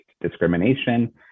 discrimination